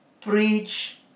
preach